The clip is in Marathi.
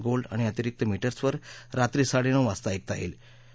गोल्ड आणि अतिरिक मीटर्सवर रात्री साडळिऊ वाजता ऐकता यक्ति